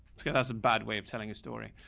let's go. that's a bad way of telling a story.